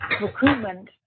recruitment